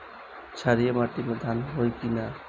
क्षारिय माटी में धान होई की न?